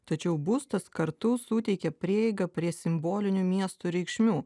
tačiau būstas kartu suteikia prieigą prie simbolinių miestų reikšmių